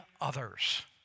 others